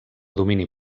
domini